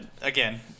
again